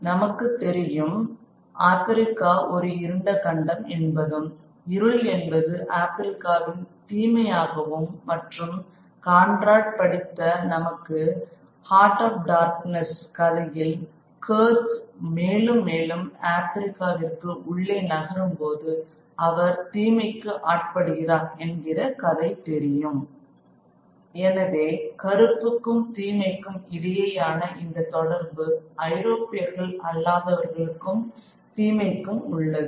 நமக்குத் தெரியும் ஆப்பிரிக்கா ஒரு இருண்ட கண்டம் என்பதும் இருள் என்பது ஆப்பிரிக்காவின் தீமையாகவும் மற்றும் கான்ராட் படித்த நமக்கு ஹாட் ஆப் டார்க் நெஸ் கதையில் கூட்ஸ் மேலும் மேலும் ஆப்பிரிக்காவிற்கு உள்ளே நகரும்போது அவர் தீமைக்கு ஆட்படுகிறார் என்கின்ற கதை தெரியும் எனவே கருப்புக்கும் தீமைக்கும் இடையேயான இந்த தொடர்பு ஐரோப்பியர்கள் அல்லாதவர்களுக்கும் தீமைக்கும் உள்ளது